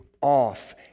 off